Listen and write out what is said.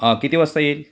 हां किती वाजता येईल